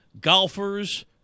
golfers